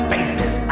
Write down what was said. Faces